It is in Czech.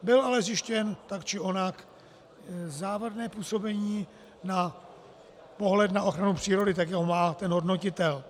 Byl ale zjištěn tak či onak závadné působení na pohled na ochranu přírody, tak jak ho má ten hodnotitel.